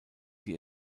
sie